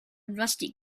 rusty